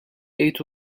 jgħid